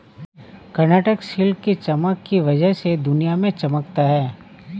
Karnataka silk की चमक की वजह से दुनिया में चमकता है